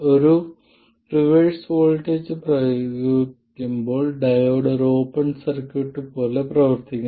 ഒരു reverse voltage പ്രയോഗിക്കുമ്പോൾ diode ഒരു ഓപ്പൺ സർക്യൂട്ട് പോലെ പ്രവർത്തിക്കുന്നു